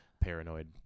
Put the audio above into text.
paranoid